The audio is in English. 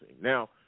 now